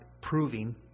proving